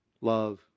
love